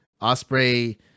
osprey